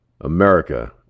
America